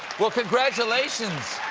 well, congratulations